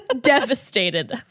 devastated